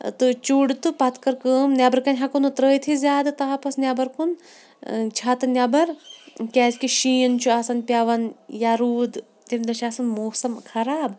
تہٕ چیٖور تہٕ پَتہِ کٔر کٲم نیٚبرٕ کَنہِ ہیٚکو نہٕ ترٲوتھٕے زیادٕ تاپَس نیٚبَر کُن چھَتہٕ نیٚبَر کیازکہِ شیٖن چھُ آسان پیٚوان یا روٗد تمہِ دۄہ چھُ آسان موسَم خَراب